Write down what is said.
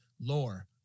lore